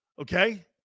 Okay